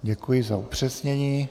Děkuji za upřesnění.